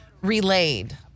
relayed